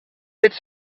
its